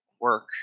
work